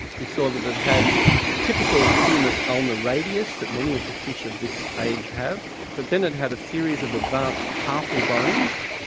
we saw that it had the typical humerus-ulna-radius that many of the fish of this age have. but then it had a series of advanced carpal bones.